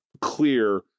clear